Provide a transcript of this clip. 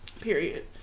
period